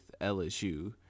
LSU